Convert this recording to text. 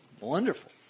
Wonderful